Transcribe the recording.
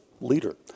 leader